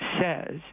says